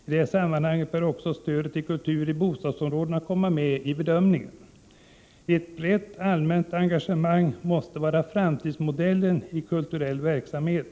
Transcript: I det här sammanhanget bör också stödet till kultur i bostadsområdena tas med i bedömningen. Ett brett allmänt engagemang måste vara framtidsmodellen i kulturell verksamhet.